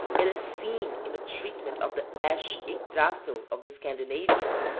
it is seen in the treatment of the ash yggdrasill of the scandinavians,